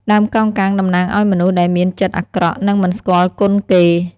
ដើមកោងកាងតំណាងឲ្យមនុស្សដែលមានចិត្តអាក្រក់ និងមិនស្គាល់គុណគេ។